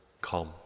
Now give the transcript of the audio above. come